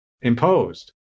imposed